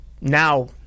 now